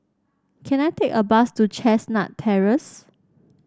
can I take a bus to Chestnut Terrace